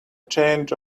change